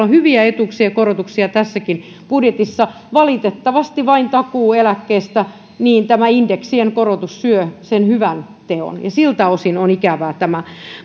on hyviä etuuksien korotuksia tässäkin budjetissa valitettavasti vain takuueläkkeestä tämä indeksien jäädytys syö sen hyvän teon ja siltä osin tämä on ikävää